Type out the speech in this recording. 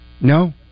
No